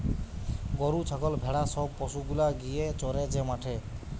গরু ছাগল ভেড়া সব পশু গুলা গিয়ে চরে যে মাঠে